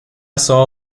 saw